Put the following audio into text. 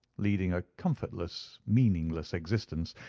leading a comfortless, meaningless existence,